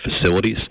facilities